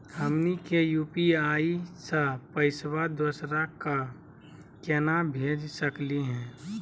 हमनी के यू.पी.आई स पैसवा दोसरा क केना भेज सकली हे?